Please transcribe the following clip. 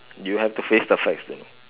you have to face the facts then